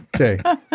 Okay